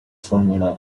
formula